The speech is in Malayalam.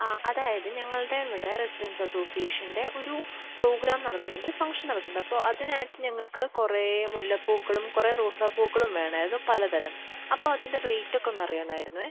ആ അതായത് ഞങ്ങളുടെ ഇവിടെ റസിഡൻറ്റ്സ് അസോസിയേഷൻ്റെ ഒരു പ്രോഗ്രാം നടക്കുന്നുണ്ട് ഒരു ഫംഗ്ഷൻ നടക്കുന്നുണ്ട് അപ്പോള് അതിനായിട്ട് ഞങ്ങള്ക്ക് കുറേ മുല്ലപ്പൂക്കളും കുറേ റോസാപ്പൂക്കളും വേണമായിരുന്നു പലതരം അപ്പോള് അതിൻ്റെ റേയ്റ്റൊക്കെ ഒന്നറിയാനായിരുന്നേ